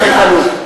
לא.